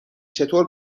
چطور